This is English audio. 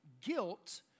Guilt